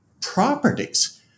properties